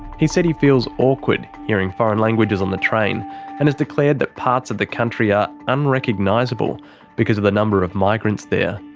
he's said he feels awkward hearing foreign languages on the train and has declared that parts of the country are unrecognisable because of the number of migrants there.